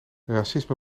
racisme